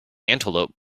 antelope